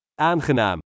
Aangenaam